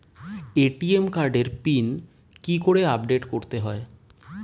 ATM কার্ডের pin কি করে আপডেট করতে হয়?